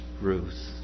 Ruth